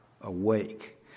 awake